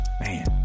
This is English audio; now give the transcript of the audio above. man